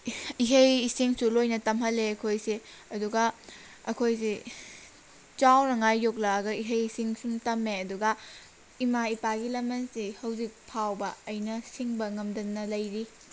ꯏꯍꯩ ꯏꯁꯤꯡꯁꯨ ꯂꯣꯏꯅ ꯇꯝꯍꯜꯂꯦ ꯑꯩꯈꯣꯏꯁꯦ ꯑꯗꯨꯒ ꯑꯩꯈꯣꯏꯁꯦ ꯆꯥꯎꯅꯉꯥꯏ ꯌꯣꯛꯂꯛꯑꯒ ꯏꯍꯩ ꯏꯁꯤꯡꯁꯨ ꯇꯝꯃꯦ ꯑꯗꯨꯒ ꯏꯃꯥ ꯏꯄꯥꯒꯤ ꯂꯃꯟꯁꯦ ꯍꯧꯖꯤꯛ ꯐꯥꯎꯕ ꯑꯩꯅ ꯁꯤꯡꯕ ꯉꯝꯗꯅ ꯂꯩꯔꯤ